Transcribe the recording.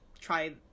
try